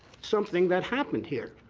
something that happened here.